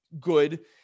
good